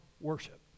worship